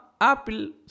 Apple